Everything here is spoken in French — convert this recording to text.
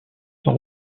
sont